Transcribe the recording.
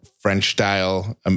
French-style